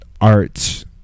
Art